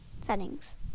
settings